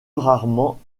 rarement